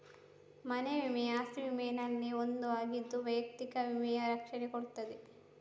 ಮನೆ ವಿಮೆ ಅಸ್ತಿ ವಿಮೆನಲ್ಲಿ ಒಂದು ಆಗಿದ್ದು ವೈಯಕ್ತಿಕ ವಿಮೆಯ ರಕ್ಷಣೆ ಕೊಡ್ತದೆ